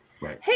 Hey